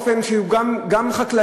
באופן שהוא גם חקלאי,